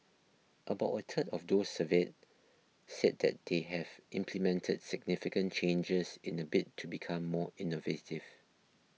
about a third of those surveyed said that they have implemented significant changes in a bid to become more innovative